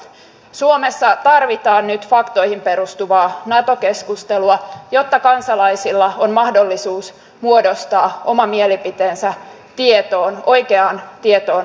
suomessa tarvitaan nyt faktoihin perustuvaa nato keskustelua jotta kansalaisilla on mahdollisuus muodostaa oma mielipiteensä oikeaan tietoon perustuen